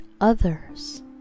others